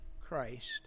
Christ